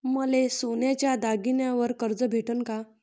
मले सोन्याच्या दागिन्यावर कर्ज भेटन का?